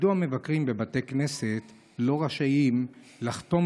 1. מדוע מבקרים בבתי כנסת לא רשאים לחתום